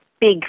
big